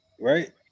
right